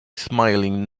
smiling